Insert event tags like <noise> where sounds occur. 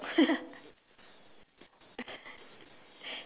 <laughs>